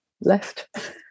left